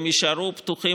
והם יישארו פתוחים,